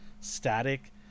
static